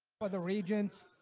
but the regents.